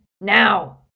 Now